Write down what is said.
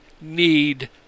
need